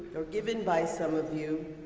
or given by some of you,